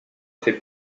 fait